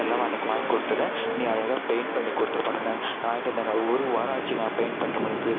எல்லாம் உனக்கு வாய்ங்கொடுத்துர்றேன் நீ அழகாக பெயிண்ட் பண்ணி கொடுத்துருப்பா அப்படினாங்க நான் வாய்ண்டு வந்தேங்க ஒரு வாரம் ஆச்சிங்க பெயிண்ட் பண்ணுறமட்டதுக்கு